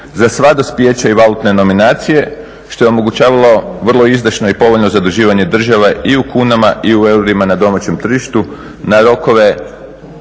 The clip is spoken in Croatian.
za sva dospijeća i valutne nominacije što je omogućavalo vrlo izdašno i povoljno zaduživanje države i u kunama i u eurima na domaćem tržištu na rokove